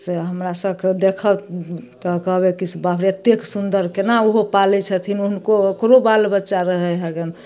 से हमरा सबके देखब तऽ कहबै की से बाप रे एतेक सुन्दर केना ओहो पालै छथिन ओ हुनको ओकरो बाल बच्चा रहै हए गन